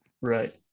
right